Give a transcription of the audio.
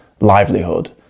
livelihood